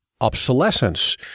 obsolescence